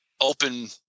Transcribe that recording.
open